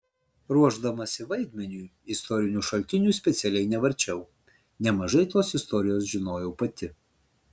ruošdamasi vaidmeniui istorinių šaltinių specialiai nevarčiau nemažai tos istorijos žinojau pati